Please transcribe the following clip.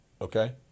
Okay